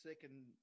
second